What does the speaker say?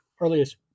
earliest